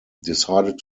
decided